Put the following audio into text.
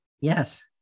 yes